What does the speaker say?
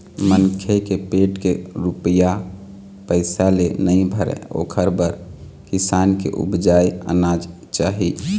मनखे के पेट के रूपिया पइसा ले नइ भरय ओखर बर किसान के उपजाए अनाज चाही